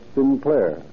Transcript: Sinclair